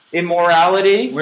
immorality